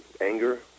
anger